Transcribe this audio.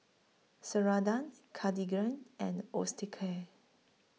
Ceradan Cartigain and Osteocare